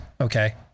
okay